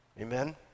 Amen